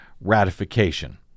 ratification